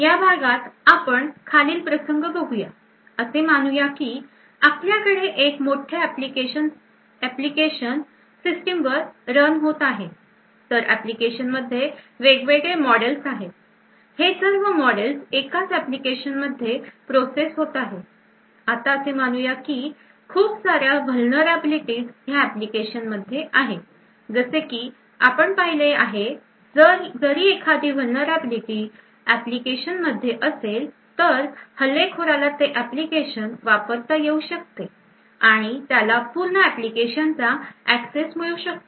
या भागात आपण खालील प्रसंग बघूया असे मानूया की आपल्याकडे एक मोठे एप्लीकेशन सिस्टीम वर रन होत आहे तर एप्लीकेशन मध्ये वेगवेगळे मॉडेल्स आहेत आणि हे सर्व मॉडेल्स एकाचं एप्लीकेशन मध्ये प्रोसेस होत आहे आता असे मानूया की खूप सार्या vulnerablities ह्या एप्लीकेशन मध्ये आहे जसे की आपण पाहिले आहे जरी एखादी vulnerability एप्लीकेशन मध्ये असेल तर हल्लेखोराला ते एप्लीकेशन वापरता येऊ शकते आणि त्याला पूर्ण एप्लीकेशन चा एक्सेस मिळू शकतो